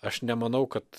aš nemanau kad